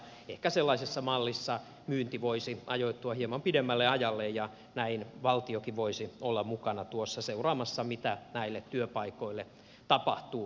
ehkä sellaisessa mallissa myynti voisi ajoittua hieman pidemmälle ajalle ja näin valtiokin voisi olla mukana tuossa seuraamassa mitä näille työpaikoille tapahtuu tulevaisuudessa